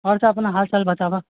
आओरसभ अपना हाल चाल बताबऽ